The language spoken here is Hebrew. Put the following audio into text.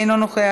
אינו נוכח,